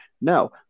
No